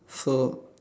so